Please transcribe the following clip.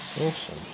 Awesome